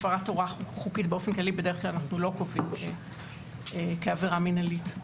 הפרת הוראה חוקית באופן כללי בדרך כלל אנחנו לא קובעים כעבירה מינהלית.